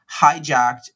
hijacked